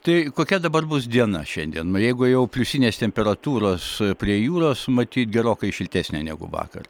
tai kokia dabar bus diena šiandien nu jeigu jau pliusinės temperatūros prie jūros matyt gerokai šiltesnė negu vakar